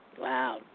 Wow